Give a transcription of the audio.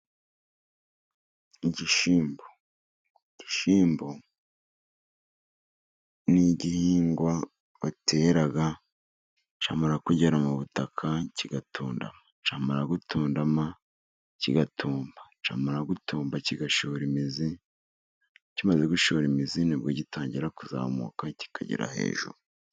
Igishyimbo, igishyimbo n'igihingwa batera cyamara kugera mu butaka kigatundama, cyamara gutundama kigatumba, cyamara gutumba kigashora imizi, kimaze gushora imizi nibwo gitangira kuzamuka kikagera hejuru.